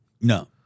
No